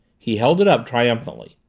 he held it up triumphantly.